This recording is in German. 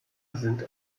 sind